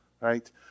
Right